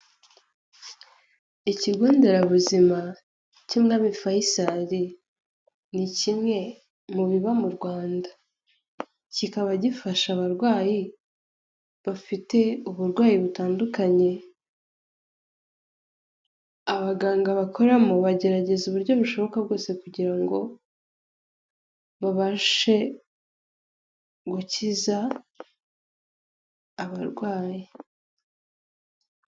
Ikigo nderabuzima cy'umwami fayisari ni kimwe mu biba mu Rwanda kikaba gifasha abarwayi bafite uburwayi butandukanye abaganga bakoramo bagerageza uburyo bushoboka bwose kugira ngo babashe gukiza abarwayi.